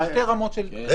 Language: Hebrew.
זה שתי רמות של -- רגע,